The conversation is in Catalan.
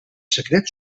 secret